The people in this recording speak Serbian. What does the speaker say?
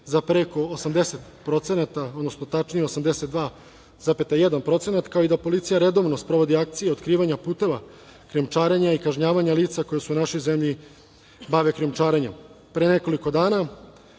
za preko 80%, odnosno tačnije 82,1%, kao i da policija redovno sprovodi akcije otkrivanja puteva krijumčarenja i kažnjavanja lica koja se u našoj zemlji bave krijumčarenjem. Pre nekoliko dana